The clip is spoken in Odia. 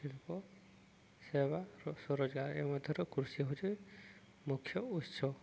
ଶିଳ୍ପ ସେବା ଏ ମଧ୍ୟରୁ କୃଷି ହେଉଛି ମୁଖ୍ୟ ଉତ୍ସ